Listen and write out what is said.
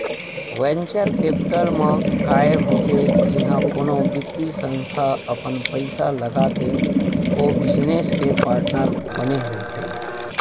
venture capital म काय होथे जिहाँ कोनो बित्तीय संस्था अपन पइसा लगाके ओ बिजनेस के पार्टनर बने रहिथे